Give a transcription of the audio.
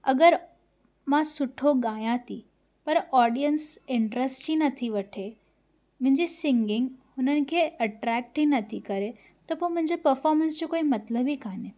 अगरि मां सुठो ॻायां थी पर ऑडियंस इंट्रस्ट ई नथी वठे मुंहिंजी सिंगिंग हुन खे अट्रेक्ट ई नथी करे त पोइ मुंहिंजा पफॉमेंस जो कोई मतलबु ई कान्हे